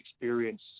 experience